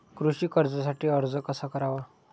कृषी कर्जासाठी अर्ज कसा करावा?